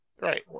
right